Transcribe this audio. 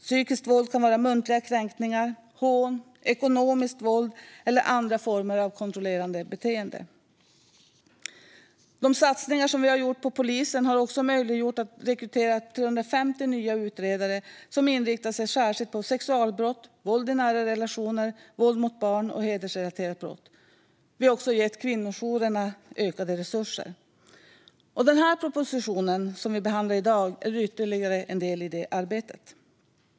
Psykiskt våld kan vara muntliga kränkningar, hån, ekonomiskt våld eller andra former av kontrollerande beteende. De satsningar som vi har gjort på polisen har också möjliggjort rekrytering av 350 nya utredare som inriktar sig särskilt på sexualbrott, våld i nära relationer, våld mot barn och hedersrelaterade brott. Vi har också gett kvinnojourerna ökade resurser. Den proposition som vi behandlar i dag är ytterligare en del i det arbetet.